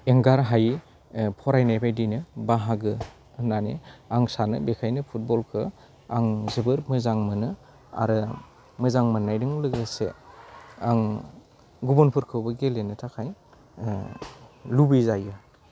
एंगार हायै फरायनाय बायदिनो बाहागो होन्नानै आं सानो बेखायनो फुटबलखौ आं जोबोर मोजां मोनो आरो मोजां मोन्नायदों लोगोसे आं गुबुनफोरखौबो गेलेनो थाखाय लुबैजायो